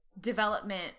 development